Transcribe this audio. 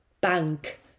bank